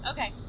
Okay